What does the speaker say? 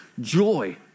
joy